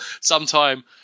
Sometime